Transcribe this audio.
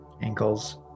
ankles